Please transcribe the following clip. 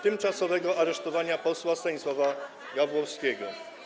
tymczasowego aresztowania posła Stanisława Gawłowskiego.